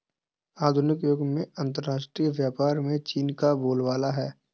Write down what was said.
आधुनिक युग में अंतरराष्ट्रीय व्यापार में चीन का बोलबाला है